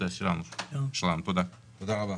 תודה רבה.